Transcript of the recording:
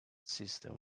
system